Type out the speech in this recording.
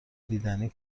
دیدنی